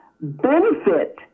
benefit